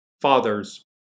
father's